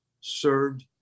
served